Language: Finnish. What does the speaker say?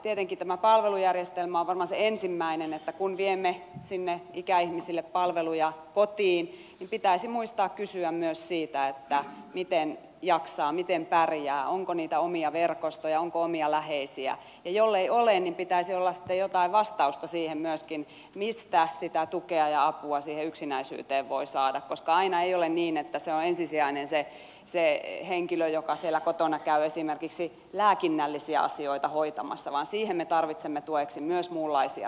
tietenkin tämä palvelujärjestelmä on varmaan se ensimmäinen eli kun viemme ikäihmisille palveluja kotiin pitäisi muistaa kysyä myös siitä miten jaksaa miten pärjää onko omia verkostoja onko omia läheisiä ja jollei ole pitäisi olla sitten jotain vastausta myöskin siihen mistä sitä tukea ja apua siihen yksinäisyyteen voi saada koska aina ei ole niin että se henkilö joka siellä kotona käy esimerkiksi lääkinnällisiä asioita hoitamassa on ensisijainen vaan siihen me tarvitsemme tueksi myös muunlaisia verkostoja